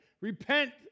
Repent